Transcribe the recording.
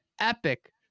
epic